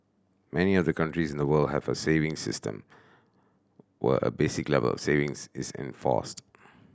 many of the countries in the world have a savings system where a basic level savings is enforced